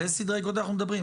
על איזה סדרי גודל אנחנו מדברים?